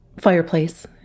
fireplace